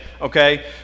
okay